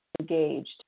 engaged